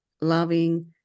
loving